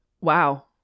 wow